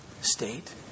state